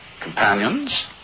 companions